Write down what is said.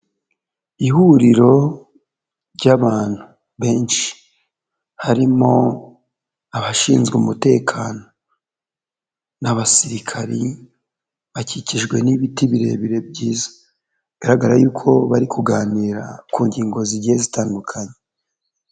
Ihuriro ry'abantu benshi harimo abashinzwe umutekano n'abasirikari bakikijwe n'ibiti birebire byiza, bigaragara yuko bari kuganira ku ngingo zigiye zitandukanye.